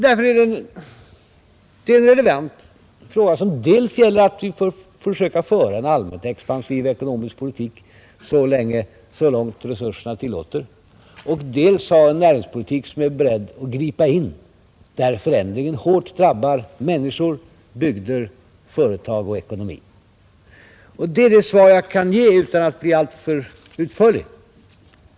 Därför är det en relevant fråga som gäller att vi får försöka dels föra en allmänt expansiv ekonomisk politik så långt resurserna tillåter, dels genom näringspolitik vara beredda att gripa in där förändringen hårt drabbar människor, bygder, företag och ekonomi. Det är det svar som jag kan ge utan att bli alltför utförlig.